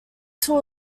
tool